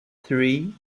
three